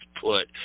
put